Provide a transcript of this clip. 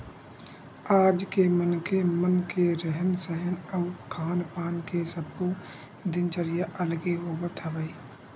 आज के मनखे मन के रहन सहन अउ खान पान के सब्बो दिनचरया अलगे होवत हवय